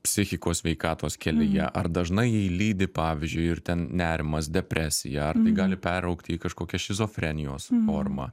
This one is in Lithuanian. psichikos sveikatos kelyje ar dažnai jį lydi pavyzdžiui ir ten nerimas depresija ar tai gali peraugti į kažkokią šizofrenijos formą